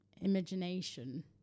Imagination